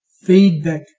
feedback